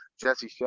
Jesse